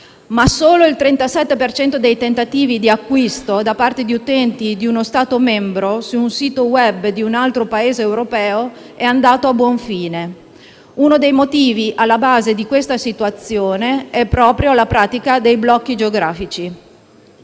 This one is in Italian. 37 per cento dei tentativi di acquisto da parte di utenti di uno Stato membro su un sito *web* di un altro Paese europeo è andato a buon fine. Uno dei motivi alla base di questa situazione è proprio la pratica dei blocchi geografici.